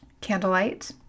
candlelight